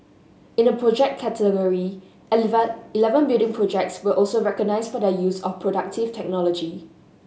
in the project category eleven building projects were also recognised for their use of productive technology